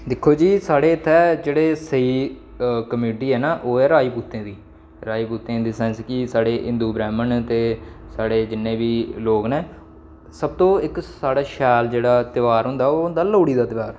दिक्खो जी साढ़े इत्थे जेह्ड़ी स्हेई कम्यूनिटी ऐ ना ओह् ऐ राजपूतें दी राजपूतें दी इन दी सेन्स कि साढ़े हिंदु ब्रैहमण ते साढ़े जिन्ने बी लोक न सब तू इक साढ़ा शैल जेह्ड़ा त्यहार होंदा ओह् होंदा लोह्ड़ी दा त्यहार